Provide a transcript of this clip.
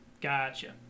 gotcha